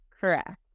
Correct